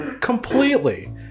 Completely